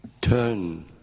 Turn